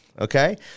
okay